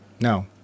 No